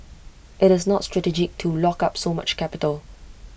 IT is not strategic to lock up so much capital